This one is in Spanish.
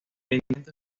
intento